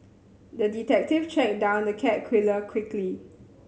the detective tracked down the cat killer quickly